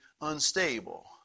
unstable